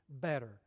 better